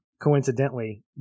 Coincidentally